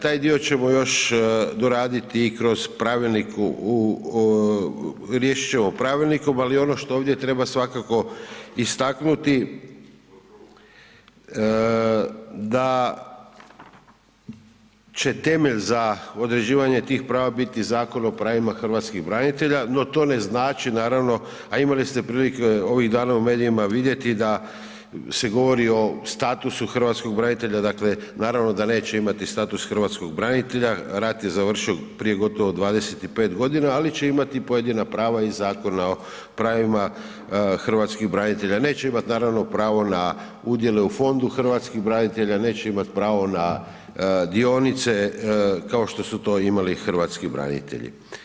Taj dio ćemo još doraditi i kroz pravilnik u, u, riješit ćemo pravilnikom, ali ono što ovdje treba svakako istaknuti da će temelj za određivanje tih prava biti Zakon o pravima hrvatskih branitelja, no to ne znači naravno, a imali ste prilike ovih dana u medijima vidjeti da se govori o statusu hrvatskog branitelja, dakle naravno da neće imati status hrvatskog branitelja, rat je završio prije gotovo 25.g., ali će imati pojedina prava iz Zakona o pravima hrvatskih branitelja, neće imat naravno pravo na udjele u fondu hrvatskih branitelja, neće imat pravo na dionice, kao što su to imali hrvatski branitelji.